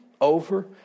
Over